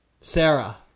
Sarah